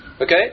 Okay